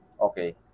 okay